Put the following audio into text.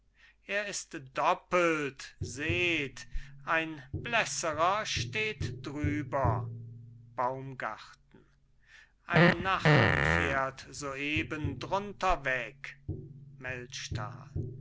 er ist doppelt seht ein blässerer steht drüber baumgarten ein nachen fährt soeben drunter weg